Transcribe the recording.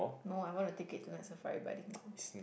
no I won a ticket to Night Safari but I didn't go